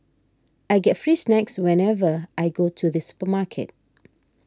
I get free snacks whenever I go to the supermarket